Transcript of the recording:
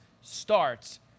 starts